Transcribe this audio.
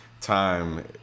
time